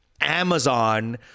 amazon